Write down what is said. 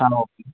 ആ ഓക്കെ